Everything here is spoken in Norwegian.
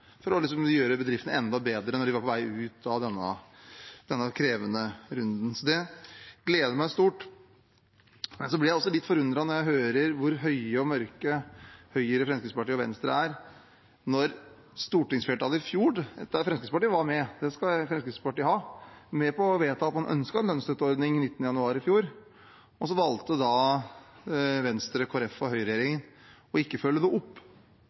for å gjøre bedriften enda bedre når de er på vei ut av denne krevende runden. Det gleder meg stort, men jeg blir også litt forundret når jeg hører hvor høye og mørke Fremskrittspartiet og Venstre er. Da stortingsflertallet i fjor – Fremskrittspartiet var med på det, det skal de ha – vedtok at man ønsket en lønnsstøtteordning i midten av januar i fjor, valgte Venstre, Kristelig Folkeparti og Høyre i regjering ikke å følge det opp.